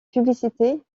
publicités